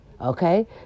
okay